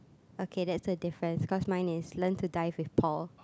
okay that's a difference cause mine is learn to dive with Paul